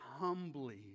humbly